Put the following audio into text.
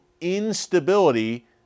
instability